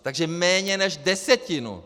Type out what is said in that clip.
Takže méně než desetinu!